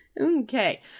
Okay